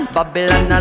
Babylon